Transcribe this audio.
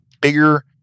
bigger